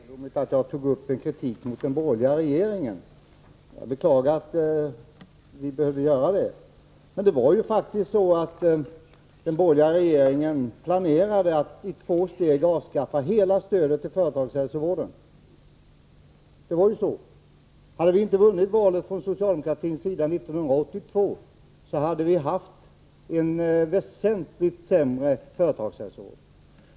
Fru talman! Ingemar Eliasson tyckte att det var egendomligt att jag framförde kritik mot den borgerliga regeringen. Jag beklagar att vi behöver göra det. Men det var ju faktiskt så, att den borgerliga regeringen planerade att i två steg avskaffa hela stödet till företagshälsovården. Hade socialdemoratin inte vunnit valet 1982, så hade vi haft en väsentligt sämre företagshälsovård.